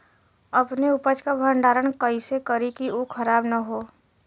अपने उपज क भंडारन कइसे करीं कि उ खराब न हो?